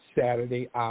Saturday